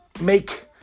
make